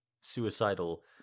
Suicidal